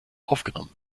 aufgenommen